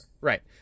Right